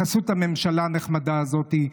בחסות הממשלה הנחמדה הזאת,